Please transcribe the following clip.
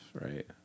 right